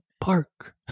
park